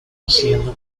haciendo